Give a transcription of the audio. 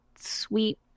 sweet